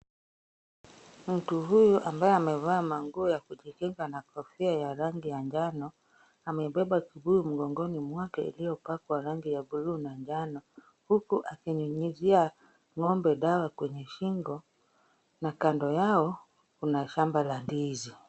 Mtu huyu ambaye amevaa nguo za kujikinga na kofia ya rangi ya njano, amebeba kibuyu mgongoni mwake iliyopakwa rangi ya buluu na njano, huku akinyunyizia ngombe dawa kwenye shingo na kando yao kuna shamba la ndizi.